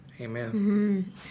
amen